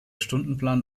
stundenplan